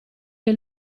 che